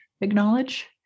acknowledge